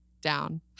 Down